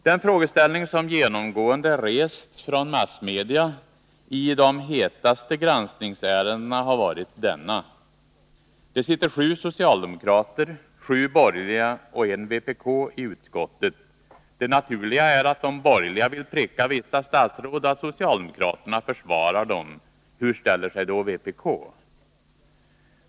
Den frågeställning som genomgående har rests från massmedia i de hetaste 13 granskningsärendena har varit denna: Det sitter sju socialdemokrater, sju borgerliga och en vpk-ledamot i utskottet, och det naturliga är att de borgerliga vill pricka vissa statsråd och att socialdemokraterna försvarar dem — hur ställer sig då vpk?